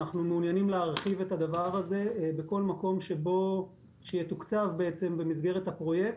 ואנחנו מעוניינים להרחיב את הדבר הזה בכל מקום שיתוקצב במסגרת הפרויקט.